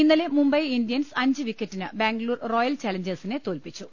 ഇന്നലെ മുംബൈ ഇന്ത്യൻസ് അഞ്ച് വിക്കറ്റിന് ബംഗ്ലൂർ റോയൽ ചലഞ്ചേഴ്സിനെ തോൽപ്പിച്ചു